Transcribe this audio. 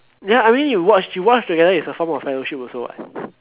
ya I mean you watch you watch together is a form of fellowship also what